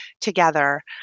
together